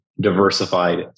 diversified